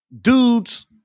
dudes